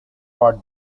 for